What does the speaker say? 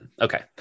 okay